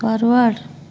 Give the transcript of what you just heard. forward